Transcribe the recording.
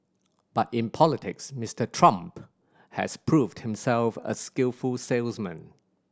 but in politics Mister Trump has proved himself a skillful salesman